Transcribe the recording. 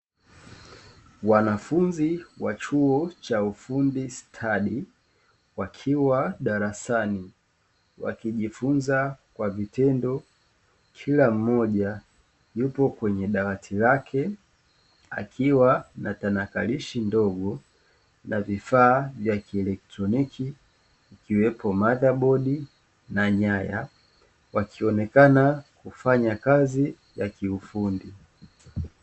Wanafunzi wa chuo cha ufundi stadi, wakiwa darasani, wakijifunza kwa vitendo kila mmoja, yupo kwenye dawati lake, akiwa na natanalishi ndogo, na vifaa vya kielektroniki, ikiwepo "MOTHER BOARD" na nyaya, wakionekana kufanya kazi ya kiufundi.